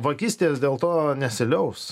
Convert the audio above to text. vagystės dėl to nesiliaus